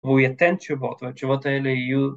‫והוא ייתן תשובות והתשובות אלה יהיו...